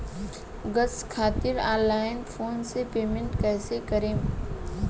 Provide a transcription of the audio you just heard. Gas खातिर online phone से payment कैसे करेम?